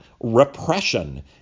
repression